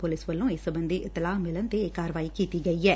police ਵੱਲੋਂ ਇਸ ਸਬੰਧੀ ਇਤਲਾਹ ਮਿਲਣ ਤੇ ਇਹ ਕਾਰਵਾਈ ਕੀਤੀ ਗਈ ਐ